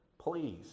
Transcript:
please